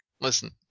Listen